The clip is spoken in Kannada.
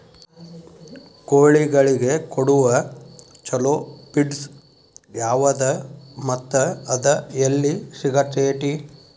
ಕೋಳಿಗಳಿಗೆ ಕೊಡುವ ಛಲೋ ಪಿಡ್ಸ್ ಯಾವದ ಮತ್ತ ಅದ ಎಲ್ಲಿ ಸಿಗತೇತಿ?